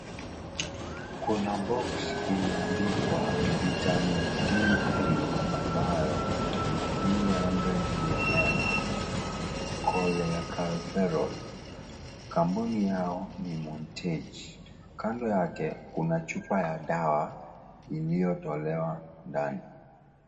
Kuna box imeandikwa vitamin D3 ambayo ni 300uml cholecalciferol, kampuni yao ni montage kando yake kuna chupa ya dawa iliyotolewa ndani.